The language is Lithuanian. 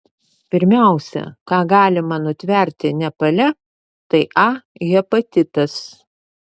pirmiausia ką galima nutverti nepale tai a hepatitas